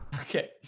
Okay